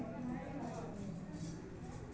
वनेर महत्वेर शिक्षा दे खूना जन जागरूकताक बढ़व्वा